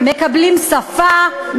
מקבלים שפה,